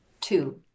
Two